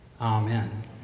Amen